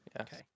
Okay